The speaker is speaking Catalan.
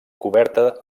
coberta